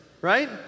right